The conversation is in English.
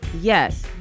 Yes